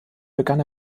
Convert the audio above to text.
begann